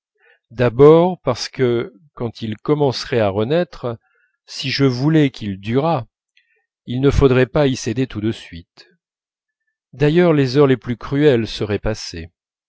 il ne faudrait pas y céder tout de suite d'ailleurs les heures les plus cruelles seraient passées